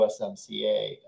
USMCA